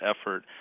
effort